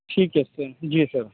ٹھیک ہے سر جی سر